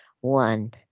one